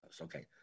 Okay